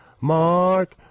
Mark